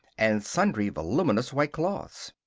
and sundry voluminous white cloths.